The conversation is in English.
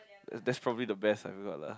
that's probably the best we got lah